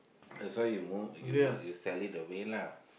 that's why you more you you sell it away lah